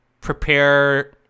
prepare